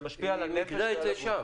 זה משפיע על הנפש ועל הגוף.